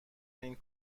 این